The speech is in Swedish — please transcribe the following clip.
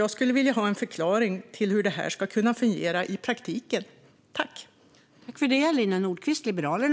Jag skulle vilja ha en förklaring hur det ska kunna fungera i praktiken.